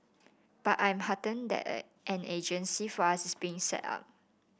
but I am heartened that an agency for us is being set up